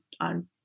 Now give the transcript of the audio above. on